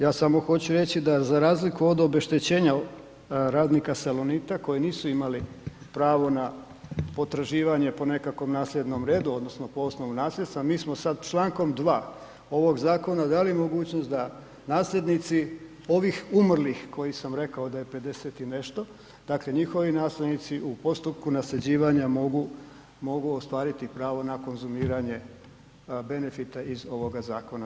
Ja samo hoću reći da za razliku od obeštećenja radnika „Salonita“ koji nisu imali pravo potraživanje po nekakvom nasljednom redu odnosno po osnovu nasljedstva, mi smo sa člankom 2. ovog zakona dali mogućnost da nasljednici ovih umrlih koji sam rekao da je 50 i nešto, dakle njihovi nasljednici u postupku nasljeđivanja mogu ostvariti pravo na konzumiranje benefita iz ovoga zakona.